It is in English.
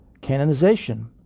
Canonization